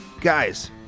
guys